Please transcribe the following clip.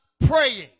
praying